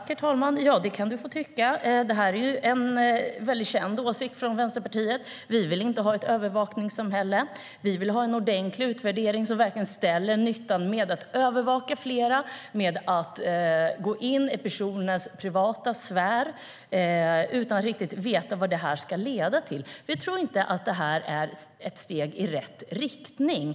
Herr talman! Det kan Kent Ekeroth få tycka. Det är en känd åsikt från Vänsterpartiet. Vi vill inte ha ett övervakningssamhälle, utan vi vill ha en ordentlig utvärdering som verkligen ser på nyttan med att övervaka flera, med att göra intrång i personers privata sfär utan att riktigt veta vad övervakningen ska leda till. Vi tror inte att detta är ett steg i rätt riktning.